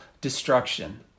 destruction